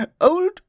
old